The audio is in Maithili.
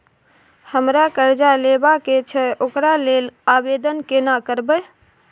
हमरा कर्जा लेबा के छै ओकरा लेल आवेदन केना करबै?